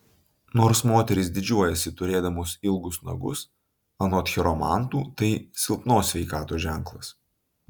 nors moterys didžiuojasi turėdamos ilgus nagus anot chiromantų tai silpnos sveikatos ženklas